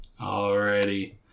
Alrighty